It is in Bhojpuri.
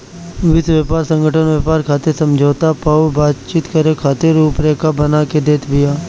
विश्व व्यापार संगठन व्यापार खातिर समझौता पअ बातचीत करे खातिर रुपरेखा बना के देत बिया